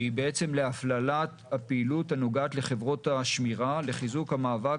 שהיא להפללת הפעילות הנוגעת לחברות השמירה לחיזוק המאבק